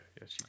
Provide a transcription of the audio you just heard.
yes